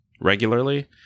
regularly